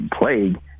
plague